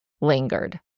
lingered